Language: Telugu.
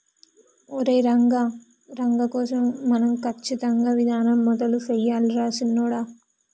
ఒరై రంగ కోసం మనం క్రచ్చింగ్ విధానం మొదలు సెయ్యాలి రా సిన్నొడా